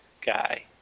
guy